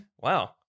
Wow